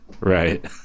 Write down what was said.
Right